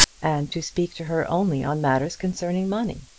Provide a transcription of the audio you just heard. and to speak to her only on matters concerning money!